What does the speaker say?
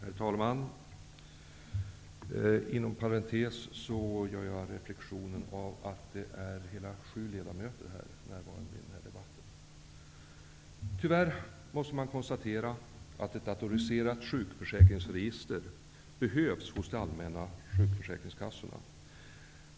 Herr talman! Inom parentes sagt gör jag reflexionen att det är hela sju ledamöter närvarande vid denna debatt. Tyvärr måste man konstatera att ett datoriserat sjukförsäkringsregister behövs hos de allmänna sjukförsäkringskassorna.